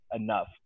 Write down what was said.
enough